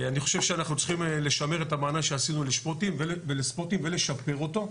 אני חושב שאנחנו צריכים לשמר את המענה שעשינו לספוטים ולשפר אותו,